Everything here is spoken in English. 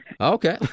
Okay